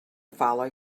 follow